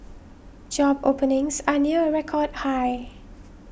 job openings are near a record high